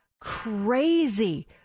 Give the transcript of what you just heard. crazy